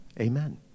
Amen